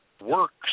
works